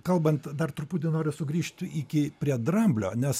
kalbant dar truputį noriu sugrįžt iki prie dramblio nes